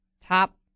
Top